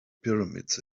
pyramids